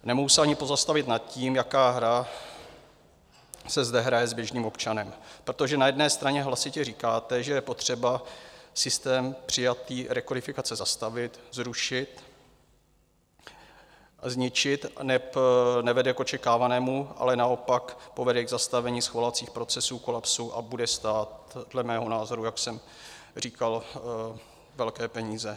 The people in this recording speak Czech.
Nemohu se ani pozastavit nad tím, jaká hra se zde hraje s běžným občanem, protože na jedné straně hlasitě říkáte, že je potřeba systém přijaté rekodifikace zastavit, zrušit, zničit, neb nevede k očekávanému, ale naopak povede k zastavení schvalovacích procesů, ke kolapsu a bude stát dle mého názoru, jak už jsem říkal, velké peníze.